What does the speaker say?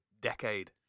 decade